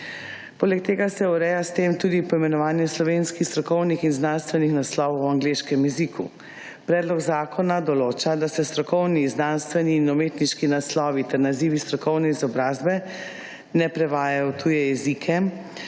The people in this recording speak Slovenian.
Poleg tega se ureja s tem tudi poimenovanje slovenskih strokovnih in znanstvenih naslovov v angleškem jeziku. Predlog zakona določa, da se strokovni in znanstveni in umetniški naslovi ter nazivi strokovne izobrazbe ne prevajajo v tuje jezike.